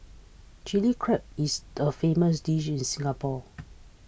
Chilli Crab is a famous dish in Singapore